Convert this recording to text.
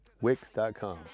Wix.com